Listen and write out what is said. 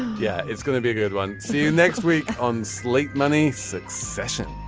yeah it's gonna be a good one see you next week on slate money succession